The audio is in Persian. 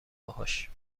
باهاش